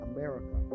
America